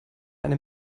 eine